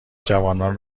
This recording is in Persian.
جوانان